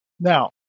Now